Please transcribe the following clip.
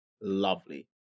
lovely